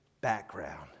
background